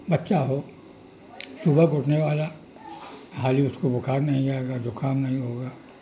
بچہ ہو صبح کو اٹھنے والا حالی اس کو بخار نہیں آئے گا زکام نہیں ہوگا